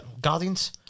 guardians